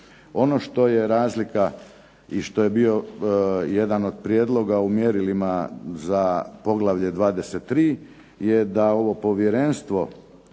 Ono što je razlika i što je bio jedan od prijedloga u mjerilima za poglavlje 23. je da ovo povjerenstvo